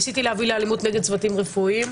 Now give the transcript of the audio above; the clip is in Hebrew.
ניסיתי להביא לאלימות נגד צוותים רפואיים,